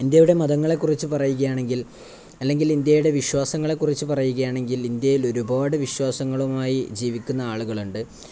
ഇന്ത്യയുടെ മതങ്ങളെക്കുറിച്ചു പറയുകയാണെങ്കിൽ അല്ലെങ്കിൽ ഇന്ത്യയുടെ വിശ്വാസങ്ങളെക്കുറിച്ചു പറയുകയാണെങ്കിൽ ഇന്ത്യയിൽ ഒരുപാടു വിശ്വാസങ്ങളുമായി ജീവിക്കുന്ന ആളുകളുണ്ട്